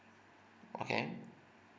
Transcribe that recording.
okay